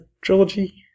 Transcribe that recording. trilogy